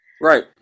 Right